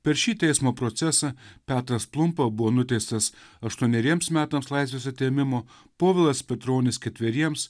per šį teismo procesą petras plumpa buvo nuteistas aštuoneriems metams laisvės atėmimo povilas petronis ketveriems